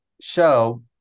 show